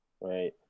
Right